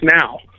now